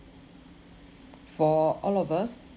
for all of us